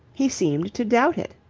he seemed to doubt it.